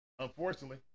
Unfortunately